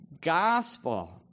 gospel